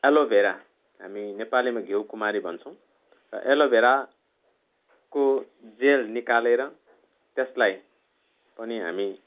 aloe vera हामी नेपालीमा घिउ कुमारी भन्छौँ र एलो भेराको जेल निकालेर त्यसलाई पनि हामी